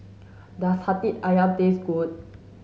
does hati ayam taste good